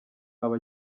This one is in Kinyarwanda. aba